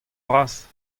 bras